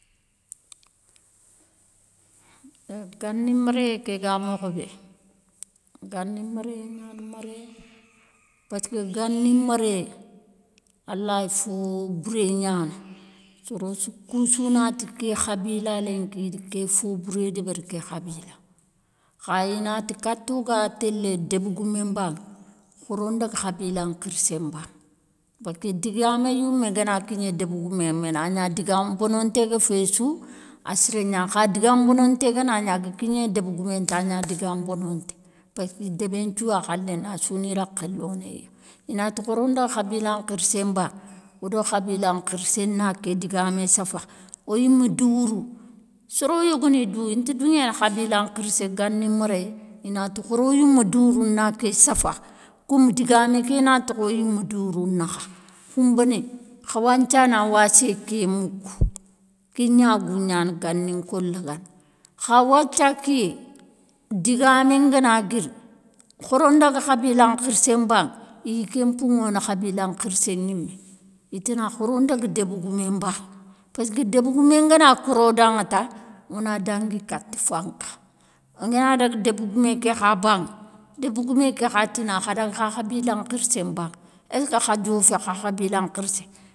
gani méréyé kéga mokho bé, gani méréyé gnani méréyé, passeu gani méréyé, alay fo bouré gnana sorossou koussou nati ké khabila linki idi ké foubé débéri, ké khabila, kha inati kato ga télé débégoumé banŋé khooro ndaga khabila nkhirssé banŋé, passkeu digamé youmé gana kigné débégoumé méné agna dinga bononté gua féssou, assiré gnani, kha dinga mbononté ganagni aga kigné débégoumé nta agna dinga mbononté. Passkeu débé nthiouwa khaléni assouni rakhé lonéya, inati khoro ndaga khabila nkhirssé mbanŋé, odo khabila nkhirssé na ké digamé saffa, oyimé dourou, soro yogoni dou inta dounŋéné khabila nkhirsségani méréyé, inati khoro youmé dourou na ké saffa, kom digamé ké na tokho oyimé dourou nakha, khoumbéné khawanthia na wassé ké moukou, kéngnagou gnani ganinko lagana. Kha wathia kiyé, digamé ngana guiri, khoro ndaga khabila nkhirssé mbanŋé, iy kén mpouŋono khabila nkhirssé gnimé, itina khoro ndaga débégoumé mba, passkeu débégoumé ngana koro danŋata ona dangui kati fanka. An ngana daga débégoumé ké kha banŋé, débégoumé ké kha tina kha daga kha khabila nkhirssé mbanŋé, esskeu kha dioffé kha khabila nkhirssé.